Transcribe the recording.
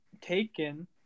taken